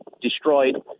destroyed